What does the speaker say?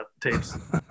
tapes